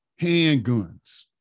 handguns